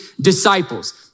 disciples